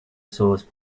source